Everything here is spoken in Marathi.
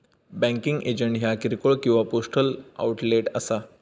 बँकिंग एजंट ह्या किरकोळ किंवा पोस्टल आउटलेट असा